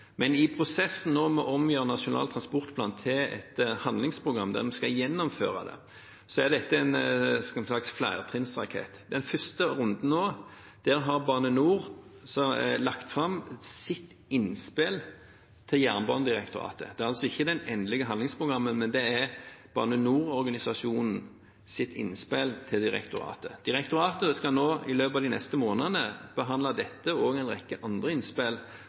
Men i prosessen, når vi omgjør Nasjonal transportplan til et handlingsprogram, der vi skal gjennomføre planen, er dette som en flertrinnsrakett. I den første runden har Bane NOR lagt fram sitt innspill til Jernbanedirektoratet. Det er altså ikke det endelige handlingsprogrammet, det er Bane NOR-organisasjonens innspill til direktoratet. Direktoratet skal i løpet av de neste månedene behandle dette og en rekke andre innspill,